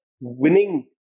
winning